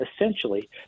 essentially